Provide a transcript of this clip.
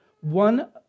One